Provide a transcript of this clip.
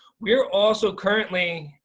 we're also currently,